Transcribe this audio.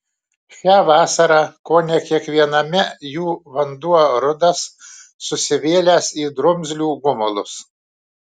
šią vasarą kone kiekviename jų vanduo rudas susivėlęs į drumzlių gumulus